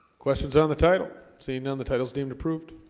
questions on the title seeing none the titles deemed approved